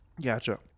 Gotcha